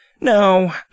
No